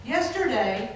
Yesterday